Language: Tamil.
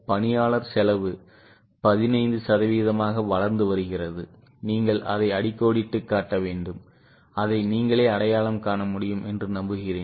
பணியாளர் செலவு 15 சதவிகிதமாக வளர்ந்து வருகிறது நீங்கள் அதை அடிக்கோடிட்டுக் காட்ட வேண்டும் அதை நீங்களே அடையாளம் காண முடியும் என்று நம்புகிறேன்